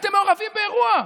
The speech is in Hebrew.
הייתם מעורבים באירוע,